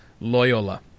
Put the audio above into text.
Loyola